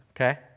Okay